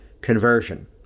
conversion